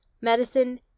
medicine